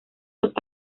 los